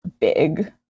big